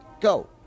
go